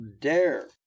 dare